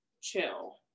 chill